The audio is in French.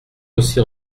aussi